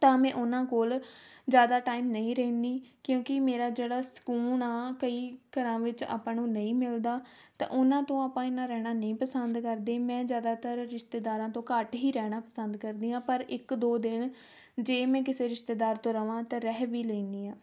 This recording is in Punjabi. ਤਾਂ ਮੈਂ ਉਹਨਾਂ ਕੋਲ ਜ਼ਿਆਦਾ ਟਾਈਮ ਨਹੀਂ ਰਹਿੰਦੀ ਕਿਉਂਕਿ ਮੇਰਾ ਜਿਹੜਾ ਸਕੂਨ ਆ ਕਈ ਘਰਾਂ ਵਿੱਚ ਆਪਾਂ ਨੂੰ ਨਹੀਂ ਮਿਲਦਾ ਤਾਂ ਉਹਨਾਂ ਤੋਂ ਆਪਾਂ ਇੰਨਾਂ ਰਹਿਣਾ ਨਹੀਂ ਪਸੰਦ ਕਰਦੇ ਮੈਂ ਜ਼ਿਆਦਾਤਰ ਰਿਸ਼ਤੇਦਾਰਾਂ ਤੋਂ ਘੱਟ ਹੀ ਰਹਿਣਾ ਪਸੰਦ ਕਰਦੀ ਹਾਂ ਪਰ ਇੱਕ ਦੋ ਦਿਨ ਜੇ ਮੈਂ ਕਿਸੇ ਰਿਸ਼ਤੇਦਾਰ ਤੋਂ ਰਵਾਂ ਤਾਂ ਰਹਿ ਵੀ ਲੈਂਦੀ ਹਾਂ